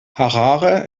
harare